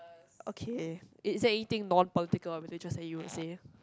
okay is is there anything non political or religious that you would say